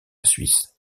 suisse